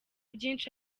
byinshi